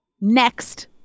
next